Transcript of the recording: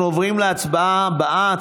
אנחנו עוברים להצבעה הבאה,